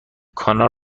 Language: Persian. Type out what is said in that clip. کانال